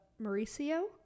Mauricio